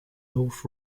north